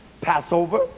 Passover